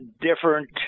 different